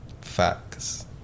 facts